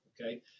okay